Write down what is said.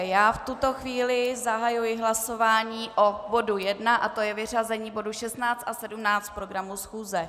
V tuto chvíli zahajuji hlasování o bodu 1 a to je vyřazení bodu 16 a 17 z programu schůze.